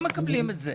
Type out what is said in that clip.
לא מקבלים את זה.